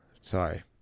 Sorry